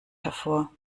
hervor